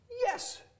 Yes